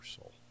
soul